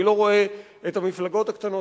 אני לא רואה את המפלגות הקטנות,